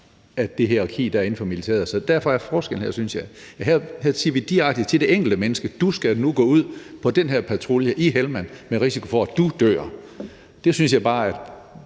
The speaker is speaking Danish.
er det i det hierarki, der er inden for militæret. Derfor er der en forskel her, synes jeg. Her siger vi direkte til det enkelte menneske: Du skal nu gå ud på den her patrulje i Helmand med risiko for, at du dør. Der synes jeg bare, at